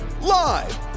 live